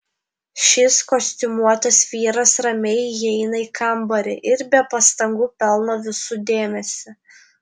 šis kostiumuotas vyras ramiai įeina į kambarį ir be pastangų pelno visų dėmesį